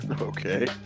okay